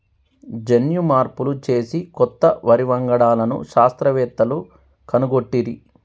జన్యు మార్పులు చేసి కొత్త వరి వంగడాలను శాస్త్రవేత్తలు కనుగొట్టిరి